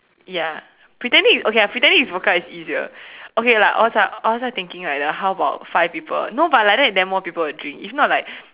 ya pretending okay lah pretending it's vodka is easier okay lah I was like also thinking like the how about five people no but like that then more people will drink if not like